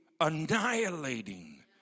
annihilating